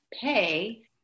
pay